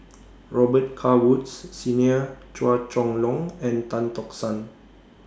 Robet Carr Woods Senior Chua Chong Long and Tan Tock San